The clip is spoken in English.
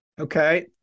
Okay